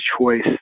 choice